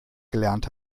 gelernt